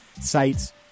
sites